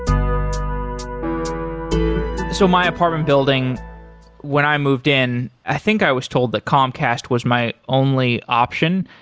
um so my apartment building when i moved in, i think i was told that comcast was my only option,